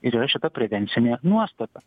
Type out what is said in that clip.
ir yra šita prevencinė nuostata